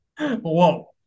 Whoa